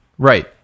Right